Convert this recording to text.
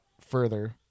further